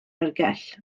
oergell